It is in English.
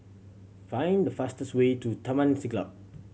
find the fastest way to Taman Siglap